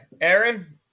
Aaron